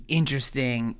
interesting